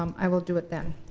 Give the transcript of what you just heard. um i will do it then.